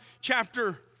chapter